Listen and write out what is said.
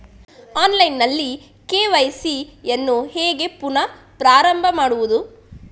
Online ನಲ್ಲಿ KYC ಯನ್ನು ಹೇಗೆ ಪುನಃ ಪ್ರಾರಂಭ ಮಾಡುವುದು?